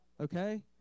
okay